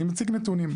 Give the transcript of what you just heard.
אני מציג נתונים.